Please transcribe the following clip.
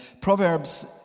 Proverbs